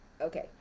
okay